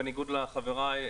בניגוד לחברי,